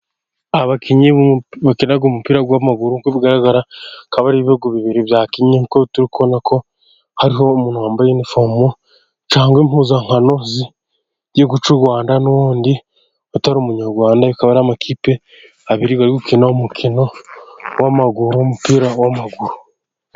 Abakinnyi bakina umupira w'amaguru, uko bigaragara akaba ari ibihugu bibiri byakinnye, kuko turi kubona ko hariho umuntu wambaye inifomu cyangwa impuzankano, z'igihugu cy'U Rwanda ,n'undi utari umunyarwanda ,akaba ari amakipe abiri bari gukina umukino w'amaguru ,umupira w'amaguru.